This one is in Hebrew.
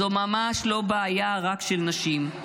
זו ממש לא בעיה רק של נשים.